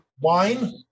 wine